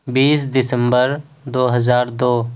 بیس دسمبر دو ہزار دو